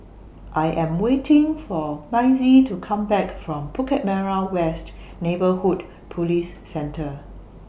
I Am waiting For Mazie to Come Back from Bukit Merah West Neighbourhood Police Centre